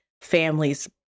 families